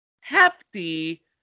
hefty